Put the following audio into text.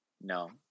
No